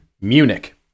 Munich